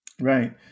Right